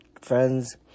friends